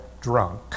drunk